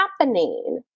happening